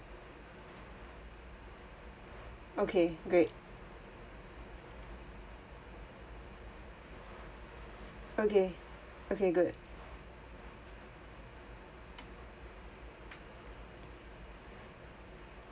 okay great okay okay good